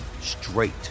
straight